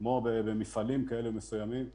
לא נותנים פה כלום.